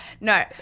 No